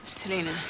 Selena